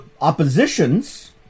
oppositions